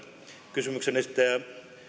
kysymyksen esittäjä alanko